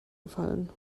gefallen